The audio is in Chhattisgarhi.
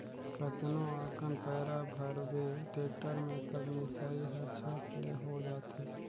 कतनो अकन पैरा भरबे टेक्टर में त मिसई हर झट ले हो जाथे